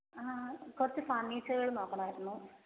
ആ കുറച്ച് ഫർണിച്ചറുകൾ നോക്കണമായിരുന്നു